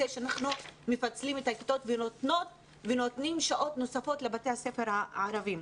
שאנחנו מפצלים את הכיתות ונותנים שעות נוספות לבתי הספר הערבים.